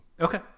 Okay